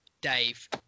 Dave